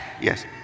Yes